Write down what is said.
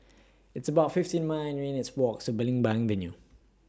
It's about fifty nine minutes' Walk to Belimbing Avenue